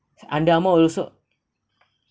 under amour also